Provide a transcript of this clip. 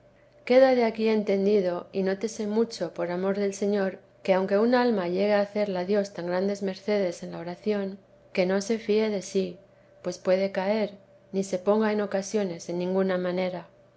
oración dios nos libre por quien él es queda de aquí entendido y nótese mucho por amor del señor que aunque un alma llegue a hacerla dios tan grandes mercedes en la oración que no se fíe de sí pues puede caer ni se ponga en ocasiones en ninguna manera